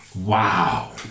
Wow